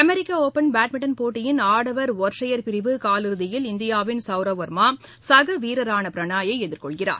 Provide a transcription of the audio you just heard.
அமெரிக்குபள் badminton போட்டியின் ஆடவர் ஒற்றையர் பிரிவு காலிறுதியில் இந்தியாவின் சவ்ரவ் வர்மா சகவீரரானபிரணாயைஎதிர்கொள்கிறார்